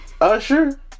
Usher